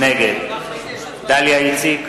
נגד דליה איציק,